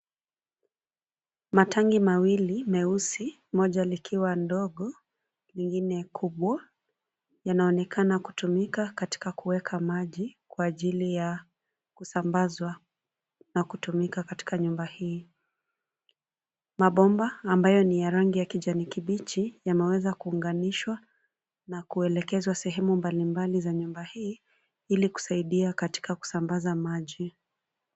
Matangi mawili meusi, moja likiwa ndogo, nyingine kubwa, yanaonekana kutumika katika kuweka maji, kwa ajili ya kusambazwa na kutumika katika nyumba hii. Mabomba ambayo ni ya rangi ya kijani kibichi, yameweza kuunganishwa, na kuelekezwa sehemu mbalimbali za nyumba hii, ili kusaidia katika kusambaza maji.